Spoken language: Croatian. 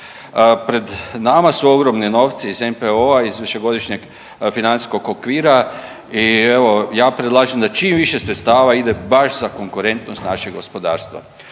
Pred nama su ogromni novci iz NPOO-a, iz Višegodišnjeg financijskog okvira i evo, ja predlažem da čim više sredstava ide baš za konkurentnost našeg gospodarstva.